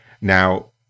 Now